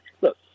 look